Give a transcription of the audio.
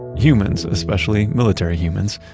and humans, especially military humans,